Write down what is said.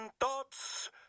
thoughts